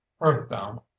Earthbound